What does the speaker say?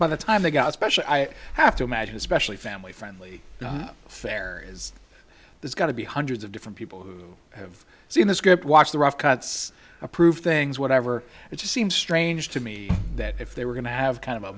by the time they got special i have to imagine especially family friendly fare is there's got to be hundreds of different people who have seen this group watched the rough cuts approved things whatever it just seemed strange to me that if they were going to have kind of